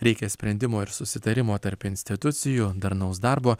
reikia sprendimo ir susitarimo tarp institucijų darnaus darbo